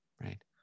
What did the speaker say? right